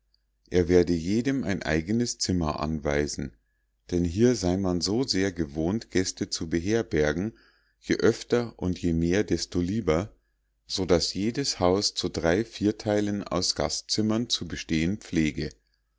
er werde jedem ein eigenes zimmer anweisen denn hier sei man so sehr gewohnt gäste zu beherbergen je öfter und je mehr desto lieber so daß jedes haus zu drei vierteilen aus gastzimmern zu bestehen pflege